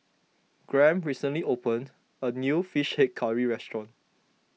Graham recently opened a new Fish Head Curry restaurant